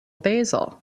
basil